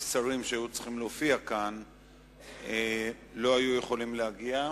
ושרים שהיו צריכים להופיע כאן לא יכלו להגיע.